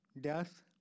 death